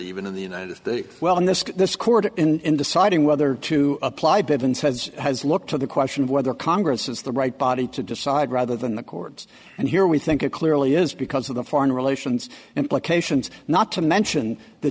even in the united states well in this this court and deciding whether to apply bevan says has look to the question of whether congress is the right body to decide rather than the courts and here we think it clearly is because of the foreign relations implications not to mention the